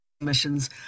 emissions